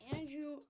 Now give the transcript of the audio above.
Andrew